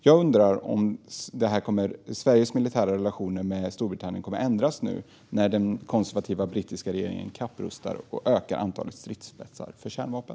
Jag undrar om Sveriges militära relationer med Storbritannien kommer att ändras nu när den konservativa brittiska regeringen kapprustar och ökar antalet stridsspetsar för kärnvapen.